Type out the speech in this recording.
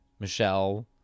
Michelle